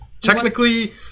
technically